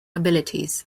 abilities